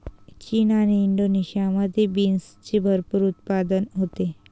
चीन आणि इंडोनेशियामध्ये बीन्सचे भरपूर उत्पादन होते